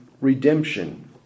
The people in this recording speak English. redemption